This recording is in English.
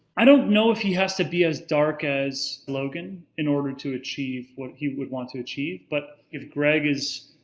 i don't know if he has to be as dark as logan in order to achieve what he would want to achieve but if greg is.